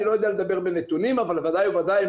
אני לא יודע לדבר בנתונים אבל ודאי וודאי הם